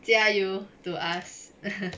加油 to us